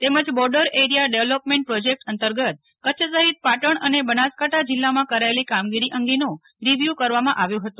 તેમજ border area development project અંતર્ગત કરછ સહિત પાટણ અને બનાસકાંઠા જીલ્લામાં કરાયેલી કામગીરી અંગેનો રીવ્યુ કરવામાં આવ્યો ફતો